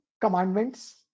commandments